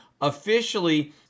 officially